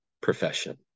profession